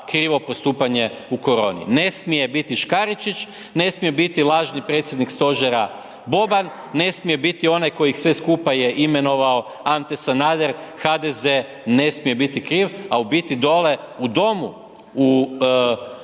krivo postupanje u koroni, ne smije biti Škaričić, ne smije biti lažni predsjednik stožera Boban, ne smije biti onaj koji ih sve skupa je imenovao Ante Sanader, HDZ ne smije biti kriv a u biti dole u domu u